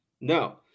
No